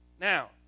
Now